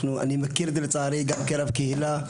אני מכיר את זה לצערי גם כרב קהילה.